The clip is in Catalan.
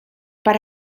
per